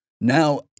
now